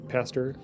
Pastor